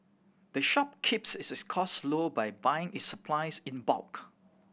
the shop keeps its cost low by buying its supplies in bulk